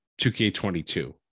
2K22